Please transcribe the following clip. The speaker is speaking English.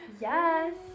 Yes